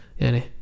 yani